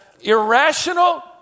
irrational